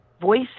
voice